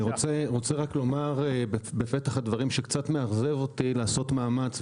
אני רוצה לומר בפתח הדברים שקצת מאכזב אותי לעשות מאמץ,